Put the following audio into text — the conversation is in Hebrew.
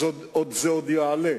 אז זה עוד יעלה.